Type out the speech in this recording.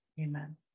Amen